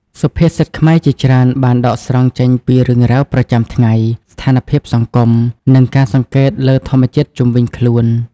សុភាសិតខ្មែរជាច្រើនបានដកស្រង់ចេញពីរឿងរ៉ាវប្រចាំថ្ងៃ ស្ថានភាពសង្គម និងការសង្កេតលើធម្មជាតិជុំវិញខ្លួន។